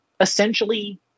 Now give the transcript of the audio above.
essentially